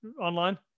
online